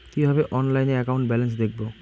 কিভাবে অনলাইনে account balance দেখবো?